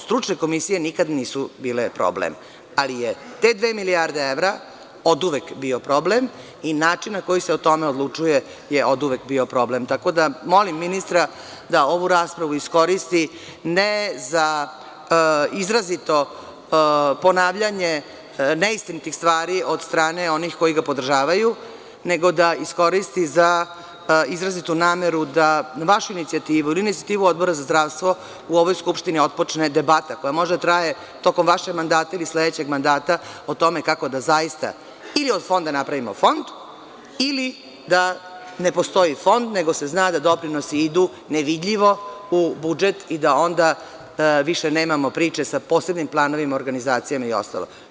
Stručne komisije nikad nisu bile problem, ali je te dve milijarde evra oduvek bio problem i način na koji se o tome odlučuje je oduvek bio problem, tako da molim ministra da ovu raspravu iskoristi, ne za izrazito ponavljanje neistinitih stvari od strane onih koji ga podržavaju, nego da iskoristi za izrazitu nameru da na vašu inicijativu ili inicijativu Odbora za zdravstvo u ovoj Skupštini otpočne debata, koja može da traje tokom vašeg mandata ili sledećeg mandata, o tome kako da zaista od Fonda napravimo Fond ili da ne postoji Fond, nego da se zna da doprinosi idu nevidljivo u budžet i da onda više nemamo priče sa posebnim planovima organizacijama i ostalo.